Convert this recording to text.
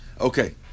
Okay